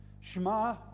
Shema